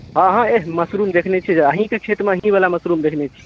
हँ हँ एह मशरूम देखने छियै जे अहीँके खेतमे अहीँवला मशरूम देखने छियै